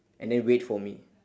and then wait for me